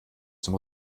zum